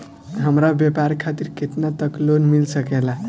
हमरा व्यापार खातिर केतना तक लोन मिल सकेला?